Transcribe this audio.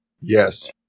Yes